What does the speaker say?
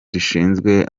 rishinzwe